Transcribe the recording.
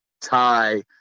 tie